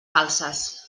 falses